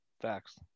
Facts